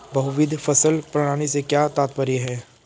बहुविध फसल प्रणाली से क्या तात्पर्य है?